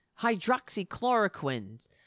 hydroxychloroquine